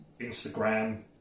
Instagram